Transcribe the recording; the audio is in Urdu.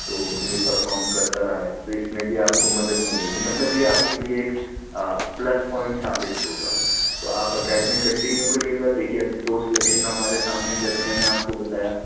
تو یہ پرفارم کرتا رہا ہے تو اس میں بھی آپ کو مدد ملے گی مطلب یہ آپ کے لیے ایک پلس پوائنٹ ثابت ہوگا تو آپ اکیڈمی کنٹینیو کریے گا دیکھیے ابھی دو سلیکشن ہمارے سامنے جیسے میں نے آپ کو بتایا